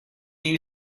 you